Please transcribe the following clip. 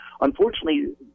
Unfortunately